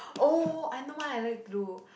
oh I know what I like to do